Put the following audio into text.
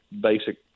basic